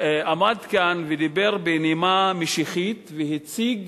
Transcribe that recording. עמד כאן ודיבר בנימה משיחית והציג